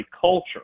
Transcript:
culture